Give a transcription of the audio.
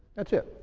that's it,